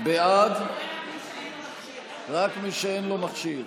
בעד, רק מי שאין לו מכשיר.